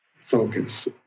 focus